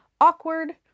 awkward